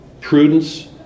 prudence